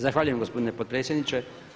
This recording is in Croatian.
Zahvaljujem gospodine potpredsjedniče.